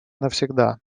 навсегда